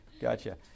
Gotcha